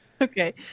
okay